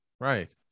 right